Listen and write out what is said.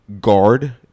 guard